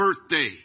birthday